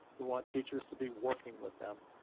we want teachers to be working with them.